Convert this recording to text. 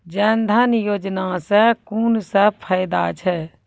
जनधन योजना सॅ कून सब फायदा छै?